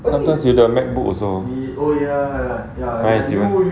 sometimes with the macbook also ya